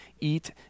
eat